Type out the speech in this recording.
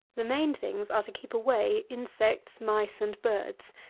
the main things are to keep away insects, mice, and birds,